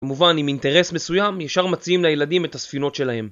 כמובן עם אינטרס מסוים ישר מציעים לילדים את הספינות שלהם.